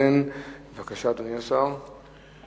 ביקשה להתיר לה